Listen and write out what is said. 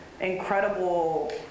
incredible